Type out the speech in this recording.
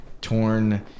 torn